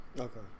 Okay